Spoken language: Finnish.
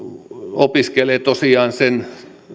opiskelee sen